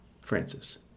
Francis